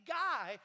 guy